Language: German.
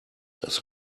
das